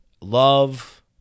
Love